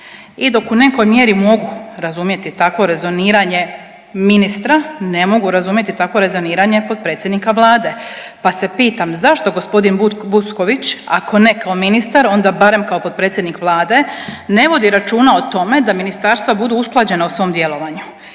I dok u nekoj mjeri mogu razumjeti takvo rezoniranje ministra, ne mogu razumjeti takvo rezoniranje potpredsjednika Vlade pa se pitam zašto g. Butković, ako ne kao ministar, onda barem kao potpredsjednik Vlade, ne vodi računa o tome da ministarstva budu usklađena u svom djelovanju.